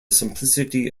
simplicity